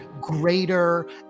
greater